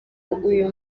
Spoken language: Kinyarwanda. uyu